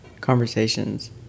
conversations